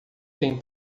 tem